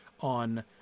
on